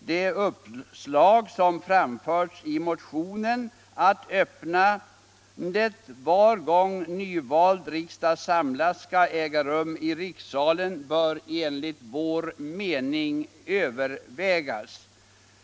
”Det uppslag, som framförs i motionen, att öppnandet var gång nyvald riksdag samlas skall äga rum i rikssalen, bör enligt vår mening övervägas.”